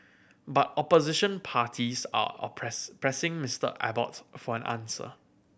but opposition parties are oppress pressing Mister Abbott for an answer